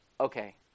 Okay